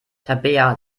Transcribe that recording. tabea